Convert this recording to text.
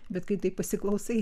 bet kai tai pasiklausai